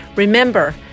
Remember